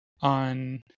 on